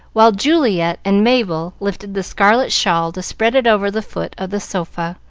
while juliet and mabel lifted the scarlet shawl to spread it over the foot of the sofa,